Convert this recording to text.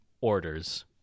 orders